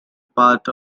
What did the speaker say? part